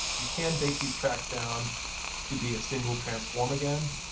you can bake these tracks down to be a single transform again.